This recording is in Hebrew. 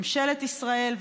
ממשלת ישראל,